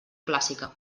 clàssica